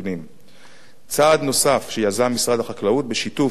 צעד נוסף שיזם משרד החקלאות בשיתוף משרד הביטחון,